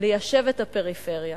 ליישב את הפריפריה,